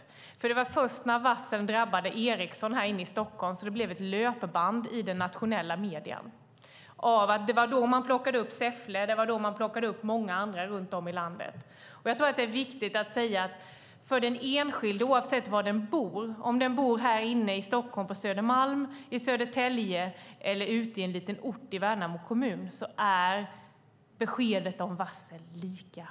Det var nämligen först när varslen drabbade Ericsson i Stockholm som det blev en löpeld i de nationella medierna. Det var då man plockade upp Säffle. Det var då man plockade upp många andra runt om i landet. Jag tror att det är viktigt att säga att för den enskilde är beskedet om varsel lika hårt oavsett om den personen bor på Södermalm i Stockholm eller i Södertälje eller i en liten ort i Värnamo kommun. Det tror jag att vi är överens om.